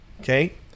Okay